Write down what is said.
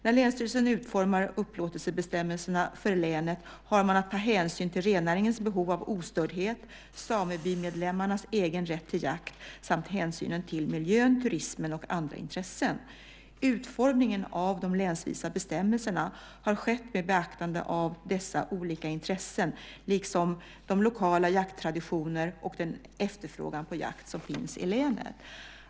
När länsstyrelsen utformar upplåtelsebestämmelserna för länet har man att ta hänsyn till rennäringens behov av ostördhet, samebymedlemmarnas egen rätt till jakt samt hänsynen till miljön, turismen och andra intressen. Utformningen av de länsvisa bestämmelserna har skett med beaktande av dessa olika intressen liksom de lokala jakttraditioner och den efterfrågan på jakt som finns i länet.